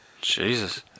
Jesus